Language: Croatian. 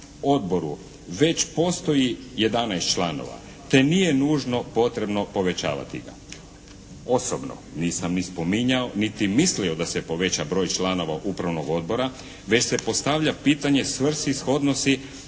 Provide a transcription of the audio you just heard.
odboru već postoji 11 članova, te nije nužno potrebno povećavati ga. Osobno nisam ni spominjao niti mislio da se poveća broj članova upravnog odbora već se postavlja pitanje svrsi shodnosti